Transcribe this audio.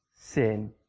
sin